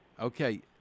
Okay